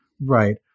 right